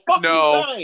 no